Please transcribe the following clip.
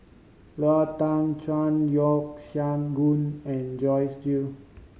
Lau Teng Chuan Yeo Siak Goon and Joyce Jue